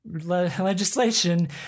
legislation